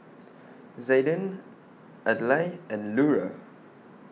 Zayden Adlai and Lura